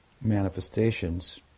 manifestations